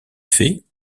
fait